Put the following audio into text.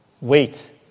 Wait